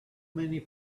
many